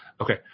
Okay